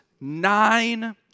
nine